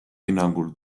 hinnangul